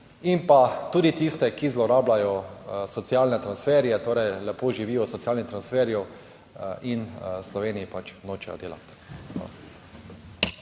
in pa tudi tiste, ki zlorabljajo socialne transferje, torej lepo živijo v socialnih transferjev in v Sloveniji pač nočejo delati.